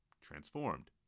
transformed